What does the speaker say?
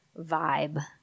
vibe